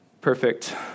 perfect